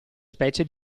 specie